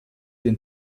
den